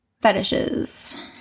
Fetishes